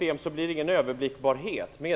inte blir någon överblickbarhet i ett sådant system.